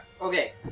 Okay